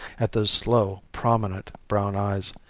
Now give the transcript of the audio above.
at those slow, prominent brown eyes,